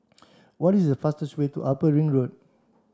what is the fastest way to Upper Ring Road